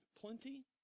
plenty